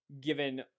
given